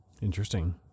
Interesting